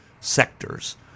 sectors